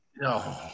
no